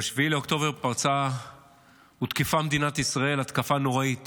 ב-7 באוקטובר הותקפה מדינת ישראל התקפה נוראית